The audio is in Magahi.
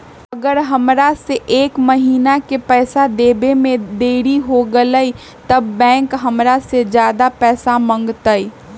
अगर हमरा से एक महीना के पैसा देवे में देरी होगलइ तब बैंक हमरा से ज्यादा पैसा मंगतइ?